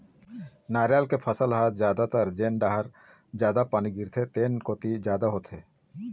नरियर के फसल ह जादातर जेन डहर जादा पानी गिरथे तेन कोती जादा होथे